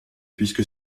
puisque